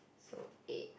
so eight